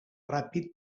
ràpid